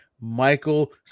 Michael